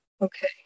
Okay